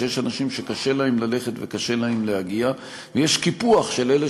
שיש אנשים שקשה להם ללכת וקשה להם להגיע ויש קיפוח של אלה